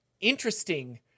interesting